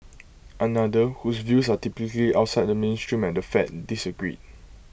another whose views are typically outside the mainstream at the fed disagreed